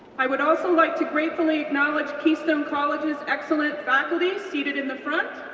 i would also like to gratefully acknowledge keystone college's excellent faculty, seated in the front.